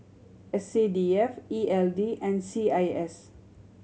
S C D F E L D and C I S